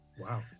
Wow